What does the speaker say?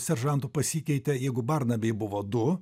seržantų pasikeitė jeigu barnabiai buvo du